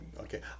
okay